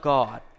God